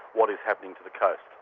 what is happening to the coast.